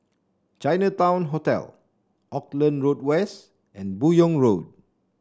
Chinatown Hotel Auckland Road West and Buyong Road